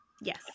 yes